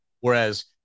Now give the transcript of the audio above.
Whereas